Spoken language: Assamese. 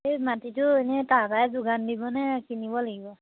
সেই মাটিটো এনেই তাৰপৰাই যোগান দিবনে কিনিব লাগিব